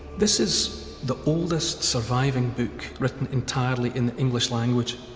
this is the oldest surviving book written entirely in the english language.